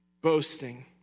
Boasting